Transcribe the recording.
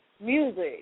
music